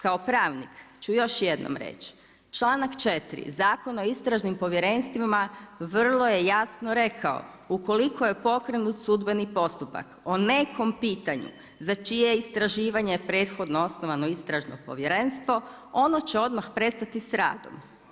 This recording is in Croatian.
Kao pravnik ću još jednom reći, članak 4. Zakona o Istražnim povjerenstvima vrlo je jasno rekao ukoliko je pokrenut sudbenim postupak o nekom pitanju za čije istraživanje je prethodno osnovano Istražno povjerenstvo, ono će odmah prestati sa radom.